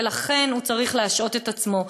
ולכן הוא צריך להשעות את עצמו.